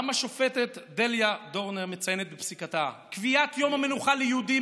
גם השופטת דליה דורנר מציינת בפסיקתה: "קביעת יום המנוחה ליהודים